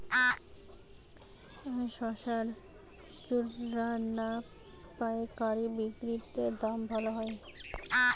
শশার খুচরা না পায়কারী বিক্রি তে দাম ভালো হয়?